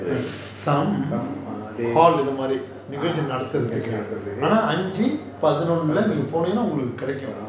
some err they நிகழ்ச்சிகள் நடத்துறதுக்கு:nikalchikal nadathurathuku err